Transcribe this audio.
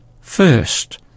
First